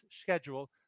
schedule